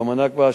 יום הנכבה,